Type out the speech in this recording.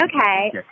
Okay